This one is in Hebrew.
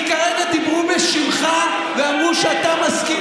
כי כרגע דיברו בשמך ואמרו שאתה מסכים